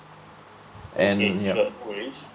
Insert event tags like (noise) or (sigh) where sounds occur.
and (noise) ya